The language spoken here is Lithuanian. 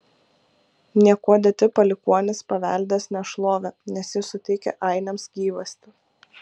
niekuo dėti palikuonys paveldės nešlovę nes jis suteikė ainiams gyvastį